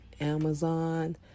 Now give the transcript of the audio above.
Amazon